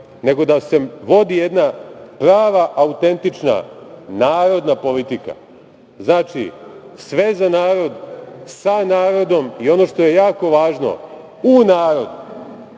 nego da se vodi jedna prava autentična narodna politika. Znači, sve za narod, sa narodom i, ono što je jako važno, u narodu. Jeste